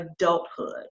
adulthood